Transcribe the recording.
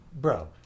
bro